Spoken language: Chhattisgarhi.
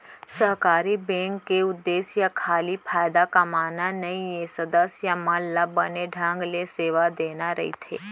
सहकारी बेंक के उद्देश्य खाली फायदा कमाना नइये, सदस्य मन ल बने ढंग ले सेवा देना रइथे